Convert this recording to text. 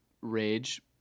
rage